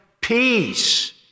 peace